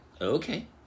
Okay